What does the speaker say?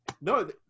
No